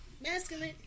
masculine